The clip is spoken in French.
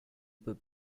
peux